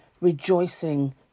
rejoicing